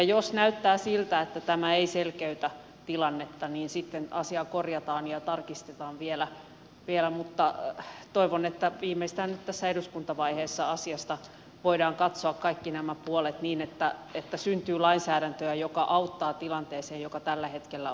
jos näyttää siltä että tämä ei selkeytä tilannetta niin sitten asia korjataan ja tarkistetaan vielä mutta toivon että viimeistään nyt tässä eduskuntavaiheessa asiasta voidaan katsoa kaikki nämä puolet niin että syntyy lainsäädäntöä joka auttaa tilanteeseen joka tällä hetkellä on ongelmallinen